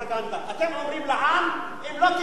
אתם אומרים לעם: אם לא תהיה עליונות,